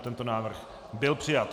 Tento návrh byl přijat.